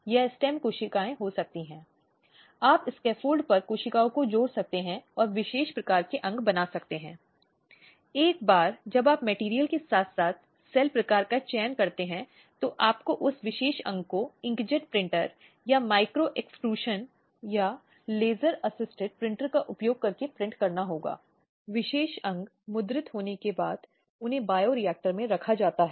हालाँकि घरेलू हिंसा या आम तौर पर घरेलू हिंसा शब्द का इस्तेमाल पति पत्नी हिंसा या ज्यादातर विशेषकर महिलाओं विवाहित महिलाओं द्वारा पति के द्वारा पत्नी के रूप में किया जाता है